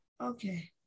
Okay